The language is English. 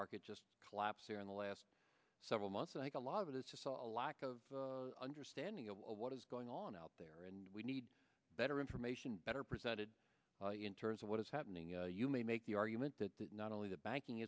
market just collapse here in the last several months i think a lot of it is just a lack of understanding of what is going on out there and we need better information better presented in terms of what is happening you may make the argument that that not only the banking